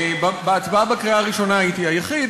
בהצבעה בקריאה הראשונה הייתי היחיד,